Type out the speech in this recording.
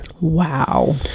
Wow